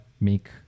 make